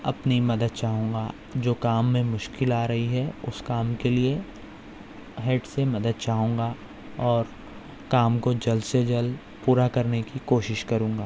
اپنی مدد چاہوں گا جو کام میں مشکل آ رہی ہے اس کام کے لیے ہیڈ سے مدد چاہوں گا اور کام کو جلد سے جلد پورا کرنے کی کوشش کروں گا